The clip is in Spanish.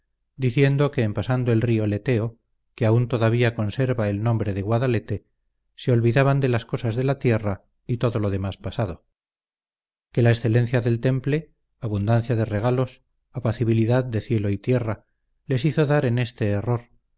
diciendo que en pasando el río leteo que aun todavía conserva el nombre de guadalete se olvidaban de las cosas de la tierra y todo lo demás pasado que la excelencia del temple abundancia de regalos apacibilidad de cielo y tierra les hizo dar en este error